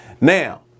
Now